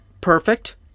perfect